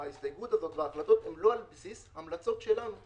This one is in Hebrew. שההסתייגות הזו וההחלטות הן לא על בסיס המלצות שלנו.